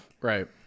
right